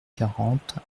quarante